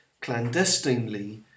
clandestinely